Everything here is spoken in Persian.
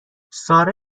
ساره